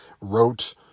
wrote